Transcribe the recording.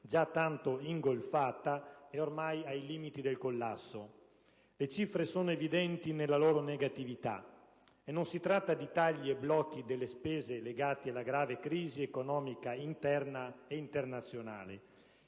già tanto ingolfata e ormai ai limiti del collasso. Le cifre sono evidenti nella loro negatività, e non si tratta di tagli e blocchi delle spese legati alla grave crisi economica interna ed internazionale